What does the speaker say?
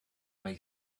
way